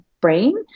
brain